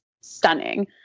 stunning